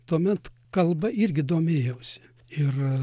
tuomet kalba irgi domėjausi ir